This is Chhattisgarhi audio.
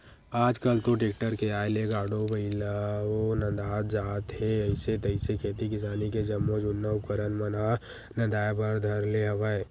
आल कल तो टेक्टर के आय ले गाड़ो बइलवो नंदात जात हे अइसे तइसे खेती किसानी के जम्मो जुन्ना उपकरन मन ह नंदाए बर धर ले हवय